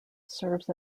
serves